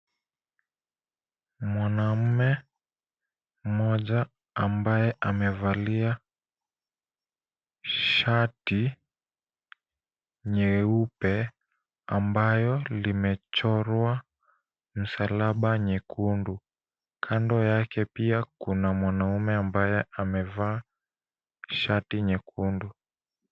Mwanaume mmoja ambaye amevalia shati nyeupe ambayo limechorwa msalaba nyekundu. Kando yake pia kuna mwanaume ambaye amevaa shati nyekundu.